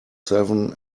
seven